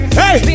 hey